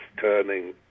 turning